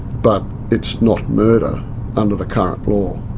but it's not murder under the current law,